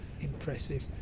impressive